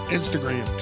Instagram